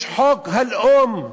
יש חוק הלאום.